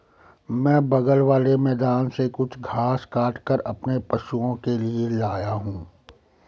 मैं बगल वाले मैदान से कुछ घास काटकर अपने पशुओं के लिए लाया हूं